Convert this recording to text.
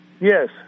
Yes